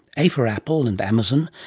a for apple and amazon,